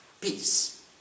peace